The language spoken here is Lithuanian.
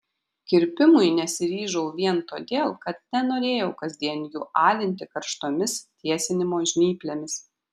kirpimui nesiryžau vien todėl kad nenorėjau kasdien jų alinti karštomis tiesinimo žnyplėmis